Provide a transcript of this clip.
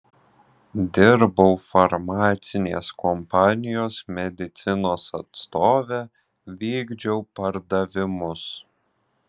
dirbau farmacinės kompanijos medicinos atstove vykdžiau pardavimus